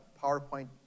PowerPoint